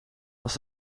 was